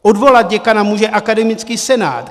Odvolat děkana může akademický senát.